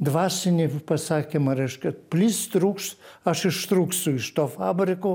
dvasinį pasakymą reiškia plyš trūks aš ištrūksiu iš to fabriko